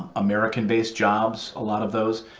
american-based jobs, a lot of those.